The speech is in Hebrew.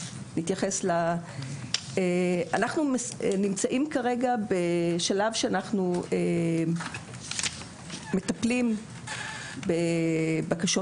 אנחנו נמצאים כרגע בשלב שאנחנו מטפלים בבקשות